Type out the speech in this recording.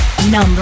Number